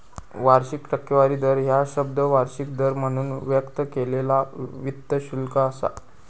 वार्षिक टक्केवारी दर ह्या शब्द वार्षिक दर म्हणून व्यक्त केलेला वित्त शुल्क असा